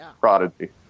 Prodigy